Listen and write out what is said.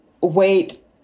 wait